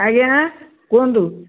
ଆଜ୍ଞା କୁହନ୍ତୁ